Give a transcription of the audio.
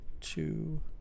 two